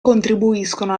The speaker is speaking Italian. contribuiscono